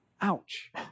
Ouch